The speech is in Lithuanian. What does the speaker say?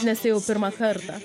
nes ėjau pirmą kartą